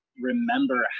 remember